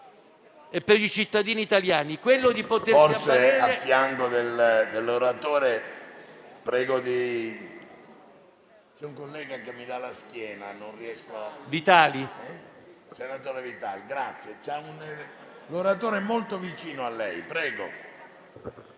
e per i cittadini italiani.